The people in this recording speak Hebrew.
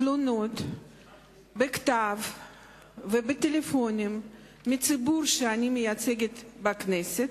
תלונות בכתב ובטלפונים מציבור שאני מייצגת בכנסת,